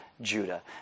Judah